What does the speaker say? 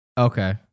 Okay